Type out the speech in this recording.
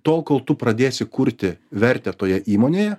tol kol tu pradėsi kurti vertę toje įmonėje